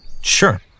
Sure